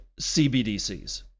CBDCs